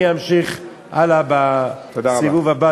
אני אמשיך בסיבוב הבא,